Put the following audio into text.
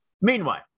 Meanwhile